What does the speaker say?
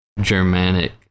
germanic